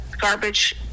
garbage